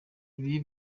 ibi